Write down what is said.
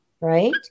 Right